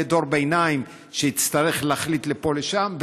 יהיה דור ביניים שיצטרך להחליט לפה או לשם,